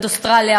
אוסטרליה,